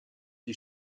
die